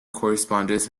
correspondence